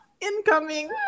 Incoming